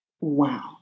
wow